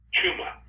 Chuma